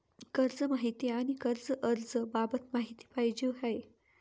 कर्ज माहिती आणि कर्ज अर्ज बाबत माहिती पाहिजे आहे